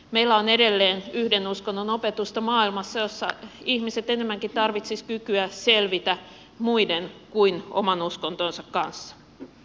meillä on edelleen yhden uskonnon opetusta maailmassa jossa ihmiset enemmänkin tarvitsisivat kykyä selvitä muiden kuin oman uskontonsa kanssa